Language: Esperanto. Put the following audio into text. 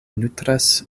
nutras